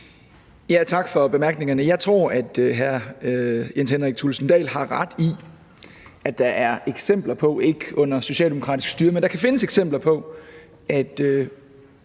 Tak for bemærkningerne. Jeg tror, at hr. Jens Henrik Thulesen Dahl har ret i, at der kan findes eksempler på – ikke under socialdemokratisk styre – at offentligt